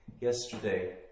Yesterday